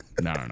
no